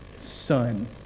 son